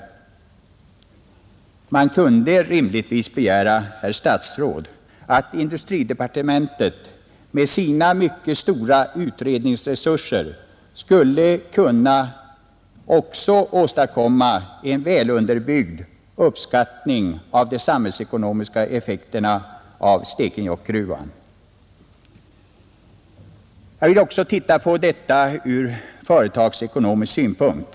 Man kunde rimligtvis begära, herr statsråd, att industridepartementet med sina mycket stora utredningsresurser också skulle kunna åstadkomma en välunderbyggd uppskattning av de samhällsekonomiska effekterna av Stekenjokkgruvan, Jag vill också titta på projektet ur företagsekonomisk synpunkt.